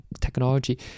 technology